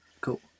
cool